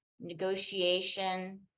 negotiation